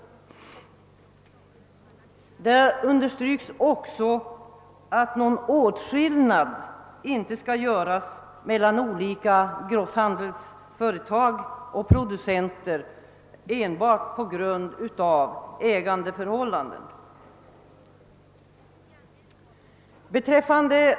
Det understryks också att någon åtskillnad inte skall göras mellan olika grosshandelsföretag och producenter enbart på grund av ägandeförhållanden.